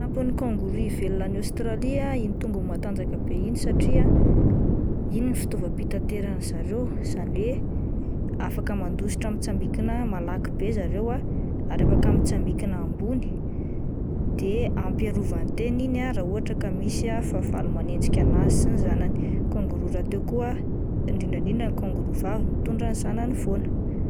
Manampy ny kangoroa ivelona any Aostralia iny tongony matanjaka be iny satria iny no fitaovam-pitanterany zareo izany hoe afaka mandositra mitsambikina malaky be zareo ah ary afaka mitsambikiba ambony de ampy hiarovany tena iny ah raha ohatra ka misy ah fahavalo manenjika anazy sy ny zanany, kangoroa raha teo koa indrindra indrindra ny kangoroa vavy mitondra ny zanany foana.